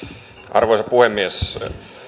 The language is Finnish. arvoisa puhemies